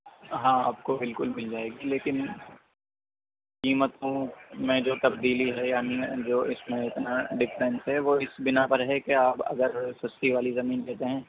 ہاں آپ کو بالکل مل جائے گی لیکن قیمت میں جو تبدیلی ہے یعنی جو اس میں اتنا ڈفرینس ہے وہ اس بنا پر ہے کہ آپ اگر سستی والی زمین لیتے ہیں